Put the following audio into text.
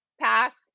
pass